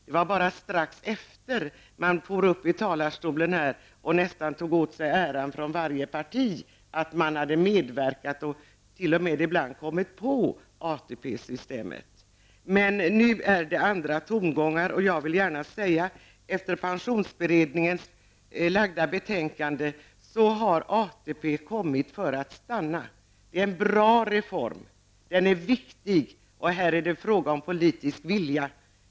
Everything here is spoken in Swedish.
Det var bara strax efter genomförandet av denna reform som man gick upp här i talarstolen och ville ta åt sig äran -- jag tror att det gällde samtliga partier -- för att ha medverkat till och ibland även för att t.o.m. ha kommit på ATP-systemet. Men nu är det andra tongångar som gäller. I och med pensionsberedningens framlagda betänkande har ATP kommit för att stanna. Det är en bra reform, och det är en viktig reform. Här är det fråga om den politiska viljan.